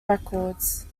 records